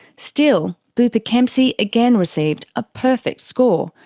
still, bupa kempsey again received a perfect score,